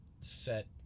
set